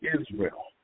Israel